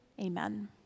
Amen